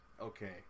okay